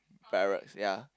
barracks ya